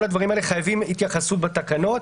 כל הדברים הללו חייבים התייחסות בתקנות.